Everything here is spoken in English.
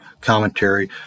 Commentary